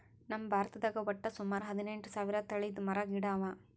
ನಮ್ ಭಾರತದಾಗ್ ವಟ್ಟ್ ಸುಮಾರ ಹದಿನೆಂಟು ಸಾವಿರ್ ತಳಿದ್ ಮರ ಗಿಡ ಅವಾ